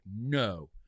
no